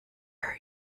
are